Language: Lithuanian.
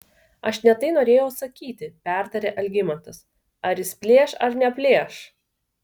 aš ne tai norėjau sakyti pertarė algimantas ar jis plėš ar neplėš